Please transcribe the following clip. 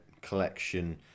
collection